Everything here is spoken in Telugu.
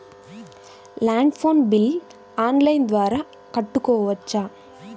ల్యాండ్ ఫోన్ బిల్ ఆన్లైన్ ద్వారా కట్టుకోవచ్చు?